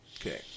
Okay